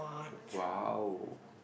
!wow!